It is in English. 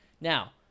Now